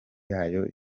yayo